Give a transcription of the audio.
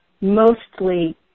mostly